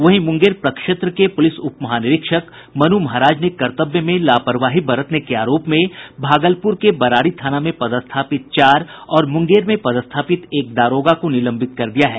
वहीं मुंगेर प्रक्षेत्र के पुलिस उपमहानिरीक्षक मनु महाराज ने कर्तव्य में लापरवाही बरतने के आरोप में भागलपुर के बरारी थाना में पदस्थापित चार और मुंगेर में पदस्थापित एक दारोगा को निलंबित कर दिया है